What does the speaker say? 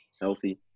healthy